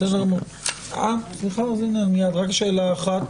רק שאלה אחת,